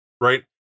Right